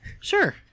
Sure